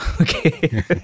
Okay